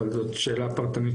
אבל זאת שאלה פרטנית,